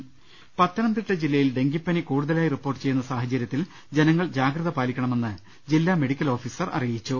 ്്്്്്്് പത്തനംതിട്ട ജില്ലയിൽ ഡെങ്കിപ്പനി കൂടുതലായി റിപ്പോർട്ട് ചെയ്യുന്ന സാഹചര്യത്തിൽ ജനങ്ങൾ ജാഗ്രത പാലിക്കണമെന്ന് ജില്ലാ മെഡിക്കൽ ഓഫീ സർ അറിയിച്ചു